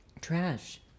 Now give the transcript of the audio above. trash